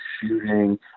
shooting